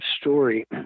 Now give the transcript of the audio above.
story